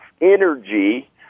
energy